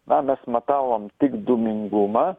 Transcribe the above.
na mes matavom tik dūmingumą